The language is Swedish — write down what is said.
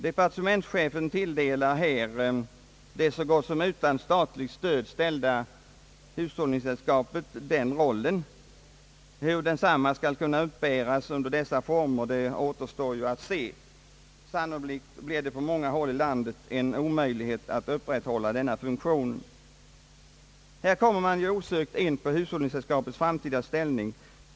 Departementschefen tilldelar här de så gott som utan statligt stöd ställda hushållningssällskapen den rollen. Hur densamma skall kunna uppbäras under dessa förhållanden återstår att se. Sannolikt blir det på många håll i landet omöjligt att upprätthålla den funktionen. Här kommer man osökt in på hushållningssällskapens framtida ställning.